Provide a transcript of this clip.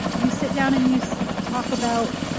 you sit down and use this talk about.